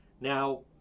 Now